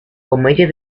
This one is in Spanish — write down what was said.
comedia